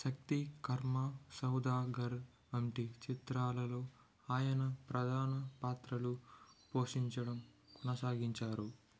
శక్తి కర్మ సౌదాగర్ వంటి చిత్రాలలో ఆయన ప్రధాన పాత్రలు పోషించడం కొనసాగించారు